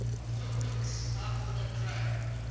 so weeks after that trial,